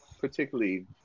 particularly